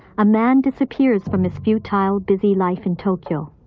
a man disappears from his futile, busy life in tokyo.